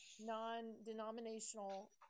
non-denominational